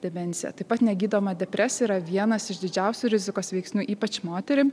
demenciją taip pat negydoma depresija yra vienas iš didžiausių rizikos veiksnių ypač moterim